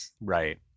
Right